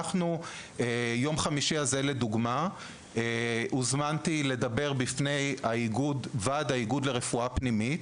ביום חמישי הזה הוזמנתי לדבר בפני ועד האיגוד לרפואה פנימית